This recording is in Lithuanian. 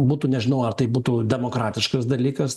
būtų nežinau ar tai būtų demokratiškas dalykas